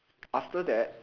after that